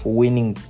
winning